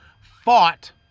fought